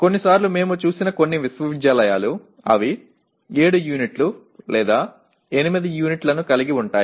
சில நேரங்களில் நாம் பார்த்த சில பல்கலைக்கழகங்கள் அவை 7 அலகுகள் அல்லது 8 அலகுகள் வரை கூட செல்லக்கூடும்